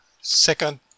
second